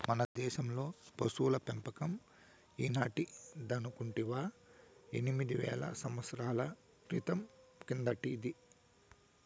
మన దేశంలో పశుల పెంపకం ఈనాటిదనుకుంటివా ఎనిమిది వేల సంవత్సరాల క్రితం కిందటిది